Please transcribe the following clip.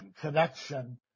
connection